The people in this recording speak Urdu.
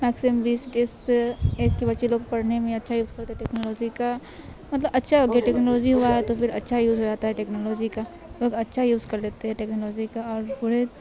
میکسیمم بیس تیس ایج کے بچے لوگ پڑھنے میں اچھا یوز کرتے ٹیکنالوجی کا مطلب اچھا ہو گیا ٹیکنالوجی ہوا ہے تو پھر اچھا یوز ہو جاتا ہے ٹیکنالوجی کا لوگ اچھا یوز کر لیتے ہیں ٹیکنالوجی کا اور بوڑھے